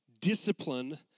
discipline